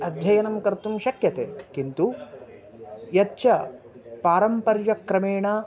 अध्ययनं कर्तुं शक्यते किन्तु यच्च पारम्पर्यक्रमेण